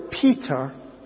Peter